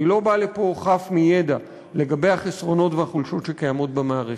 אני לא בא לפה חף מידע לגבי החסרונות והחולשות שקימות במערכת.